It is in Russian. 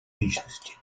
личности